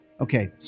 okay